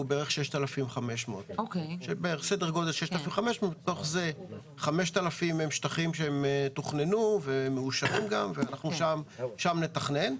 הוא בערך 6,500. מתוך זה 5,000 הם שטחים שתוכננו ומאושרים ושם נתכנן.